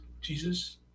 Jesus